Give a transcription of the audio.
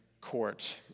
court